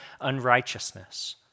unrighteousness